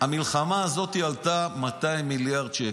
המלחמה הזאת עלתה 200 מיליארד שקל,